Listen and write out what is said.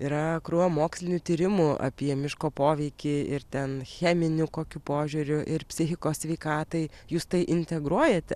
yra krūva mokslinių tyrimų apie miško poveikį ir ten cheminiu kokiu požiūriu ir psichikos sveikatai jūs tai integruojate